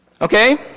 Okay